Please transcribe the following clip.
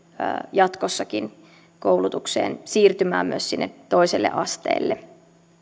jatkossakin koulutukseen siirtymään myös sinne toiselle asteelle